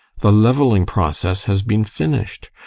the levelling process has been finished.